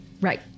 right